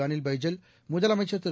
அனில் பைஜல் முதலமைச்ச் திரு